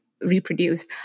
Reproduce